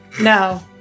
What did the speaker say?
No